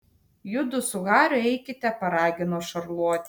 judu su hariu eikite paragino šarlotė